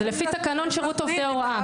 זה לפי תקנון שירות עובדי הוראה.